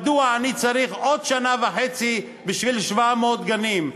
מדוע אני צריך עוד שנה וחצי בשביל 700 גנים?